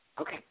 Okay